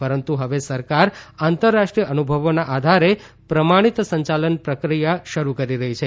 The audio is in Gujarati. પરંતુ હવે સરકાર આંતરરાષ્ટ્રીય અનુભવોના આધારે પ્રમાણિત સંયાલન પ્રક્રિયા શરૂ કરી રહી છે